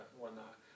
whatnot